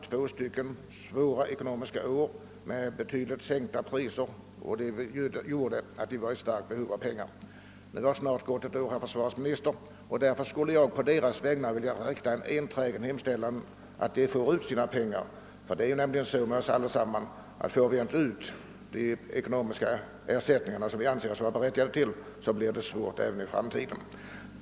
Priserna sänktes då betydligt vilket medförde att man kom i stort behov av pengar. Nu har snart ett år 3ått, herr försvarsminister, och därför skulle jag på deras vägnar vilja rikta en enträgen hemställan om att de också får ut sina pengar. Om man inte får de ekonomiska ersättningar som man anser sig vara berättigad till får man svårt även i framtiden.